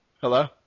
Hello